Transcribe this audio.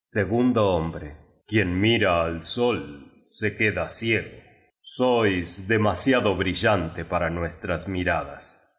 segundo hombre quien mira al sol se queda ciego sois demasiado brillante para nuestras miradas